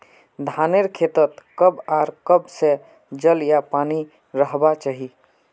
धानेर खेतीत कब आर कब से जल या पानी रहबा चही?